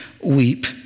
weep